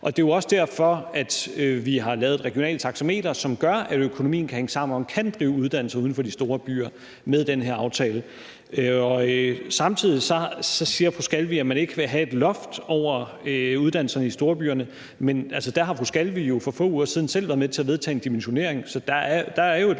og det er jo også derfor, at vi med den her aftale har lavet et regionalt taxameter, som gør, at økonomien kan hænge sammen, og at man kan drive uddannelser uden for de store byer. Samtidig siger fru Sandra Elisabeth Skalvig, at man ikke vil have et loft over uddannelserne i storbyerne. Men der har fru Sandra Elisabeth Skalvig jo for få uger siden selv været med til at vedtage en dimensionering, så der er jo et